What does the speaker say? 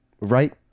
right